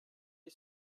est